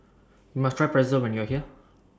YOU must Try Pretzel when YOU Are here